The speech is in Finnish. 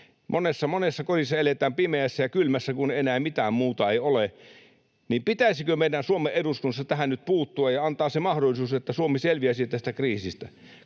monessa kodissa eletään pimeässä ja kylmässä, kun enää mitään muuta ei ole. Pitäisikö meidän Suomen eduskunnassa tähän nyt puuttua ja antaa se mahdollisuus, että Suomi selviäisi tästä kriisistä?